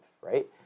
right